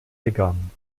begann